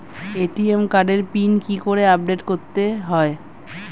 ATM কার্ডের PIN কি করে আপডেট করতে হয়?